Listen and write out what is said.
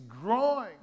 growing